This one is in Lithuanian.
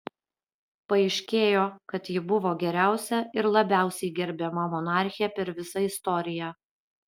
paaiškėjo kad ji buvo geriausia ir labiausiai gerbiama monarchė per visą istoriją